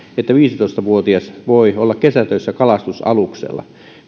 että viisitoista vuotias voi olla kesätöissä kalastusaluksella